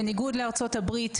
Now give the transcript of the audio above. בניגוד לארצות הברית,